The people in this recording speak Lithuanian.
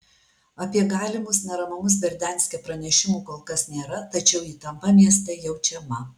apie galimus neramumus berdianske pranešimų kol kas nėra tačiau įtampa mieste jaučiama